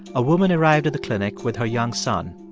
a woman arrived at the clinic with her young son.